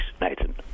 Nathan